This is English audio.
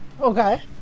okay